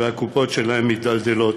והקופות שלהן מידלדלות,